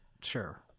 Sure